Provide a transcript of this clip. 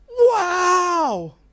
Wow